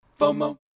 FOMO